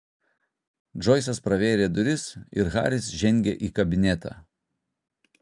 džoisas pravėrė duris ir haris žengė į kabinetą